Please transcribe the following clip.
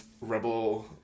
Rebel